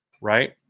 Right